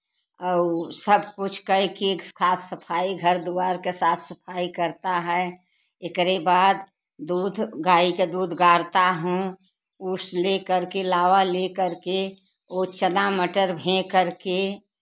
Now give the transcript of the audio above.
और सब कुछ करके साफ सफाई घर द्वार के साफ सफाई करते हैं एकरे बाद दूध गाय के दूध गारते हैं उस लेकर के लावा लेकर के वह चना मटर भे करके